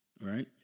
right